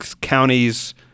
counties